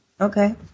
Okay